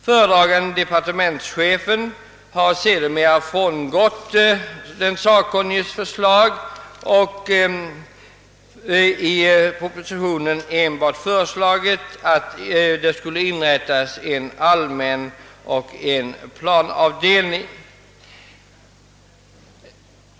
Föredragande departementschefen har emellertid frångått den sakkunniges förslag och i propositionen föreslagit inrättandet av enbart en allmän avdelning och en planavdelning samt länspolischefens expedition.